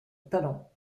talent